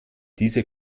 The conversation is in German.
diese